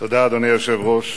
אדוני היושב-ראש,